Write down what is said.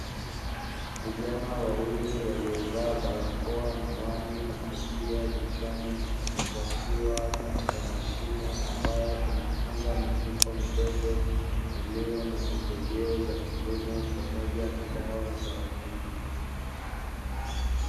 Vijana wawili waliovaa barakoa, miwani na kofia vichwani, wakiwa katika mashine ambayo inafunga mifuko midogo, iliyo na pembejeo za kilimo pamoja na dawa za wanyama.